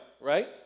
right